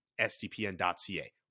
sdpn.ca